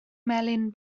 melyn